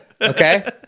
Okay